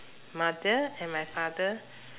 mother and my father